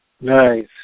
Nice